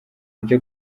byo